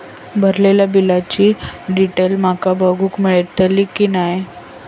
भरलेल्या बिलाची डिटेल माका बघूक मेलटली की नाय?